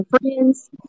friends